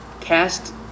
cast